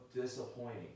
disappointing